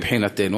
מבחינתנו.